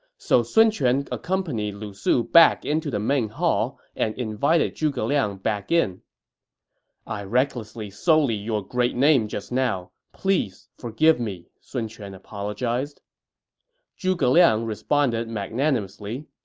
so sun quan accompanied lu su back into the main hall and invited zhuge liang back in i recklessly sullied your great name just now please forgive me, sun quan apologized zhuge liang responded magnanimously.